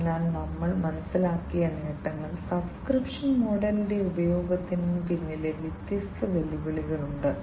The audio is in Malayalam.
അതിനാൽ ഞങ്ങൾ മനസ്സിലാക്കിയ നേട്ടങ്ങൾ സബ്സ്ക്രിപ്ഷൻ മോഡലിന്റെ ഉപയോഗത്തിന് പിന്നിൽ വ്യത്യസ്ത വെല്ലുവിളികളുണ്ട്